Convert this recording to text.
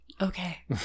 okay